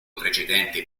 precedente